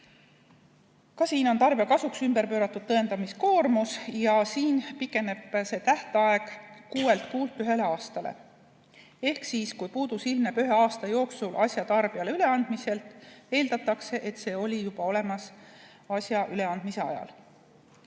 Ka siin on tarbija kasuks ümberpööratud tõendamiskoormus ja siin pikeneb see tähtaeg kuuelt kuult ühele aastale. Ehk siis kui puudus ilmneb ühe aasta jooksul asja tarbijale üleandmisest, siis eeldatakse, et see oli juba olemas asja üleandmise ajal.